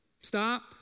Stop